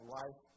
life